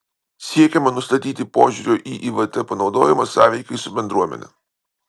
siekiama nustatyti požiūrio į ivt panaudojimą sąveikai su bendruomene